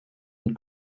une